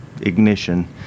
ignition